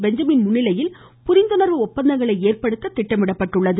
Benjamin முன்னிலையில் புரிந்துணா்வு ஒப்பந்தங்களை ஏற்படுத்த திட்டமிடப்பட்டுள்ளது